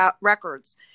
records